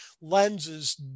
lenses